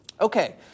Okay